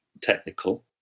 technical